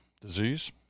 disease